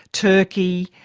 turkey,